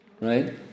Right